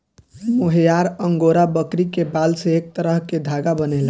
मोहयार Angora बकरी के बाल से एक तरह के धागा बनेला